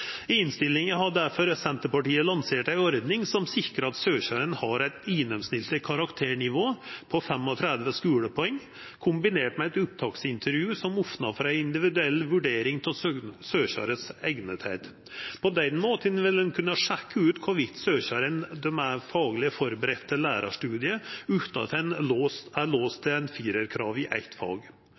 innstillinga har difor Senterpartiet lansert ei ordning som sikrar at søkjarane har eit gjennomsnittleg karakternivå på 35 skulepoeng, kombinert med eit opptaksintervju som opnar for individuell vurdering av søkjarens dugleik. På den måten vil ein kunne sjekka ut om søkjaren er fagleg førebudd til lærarstudiet, utan at ein er låst til eit firarkrav i eitt fag.